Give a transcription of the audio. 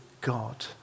God